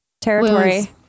territory